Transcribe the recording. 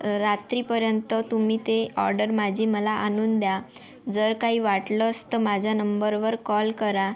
रात्रीपर्यंत तुम्ही ते ऑर्डर माझी मला आणून द्या जर काही वाटलंच तर माझ्या नंबरवर कॉल करा